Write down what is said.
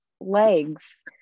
legs